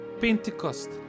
Pentecost